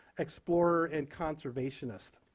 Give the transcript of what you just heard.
explorer, and conservationist.